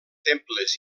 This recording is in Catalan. temples